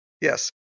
Yes